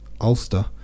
ulster